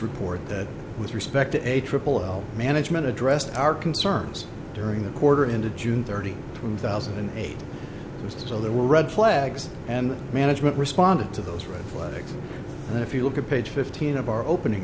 report that with respect to a true well management addressed our concerns during the quarter ended june thirtieth two thousand and eight or so there were red flags and management responded to those red flags and if you look at page fifteen of our opening